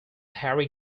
harry